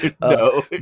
No